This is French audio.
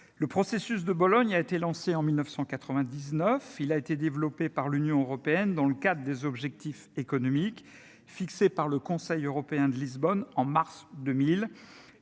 le processus de Bologne a été lancée en 1999, il a été développé par l'Union européenne dans le cadre des objectifs économiques fixés par le Conseil européen de Lisbonne, en mars 2000